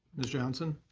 ms. johnson.